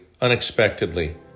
unexpectedly